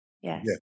yes